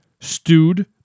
stewed